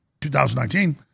2019